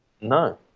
No